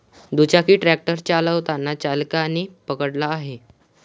दुचाकी ट्रॅक्टर चालताना चालकाने पकडला आहे